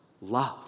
love